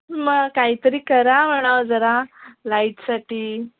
मग काहीतरी करा म्हणावं जरा लाईटसाठी